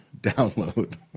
download